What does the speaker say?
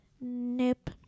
Nope